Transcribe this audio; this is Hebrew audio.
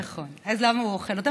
נכון, אז למה הוא אוכל אותם?